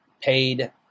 paid